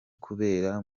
kubera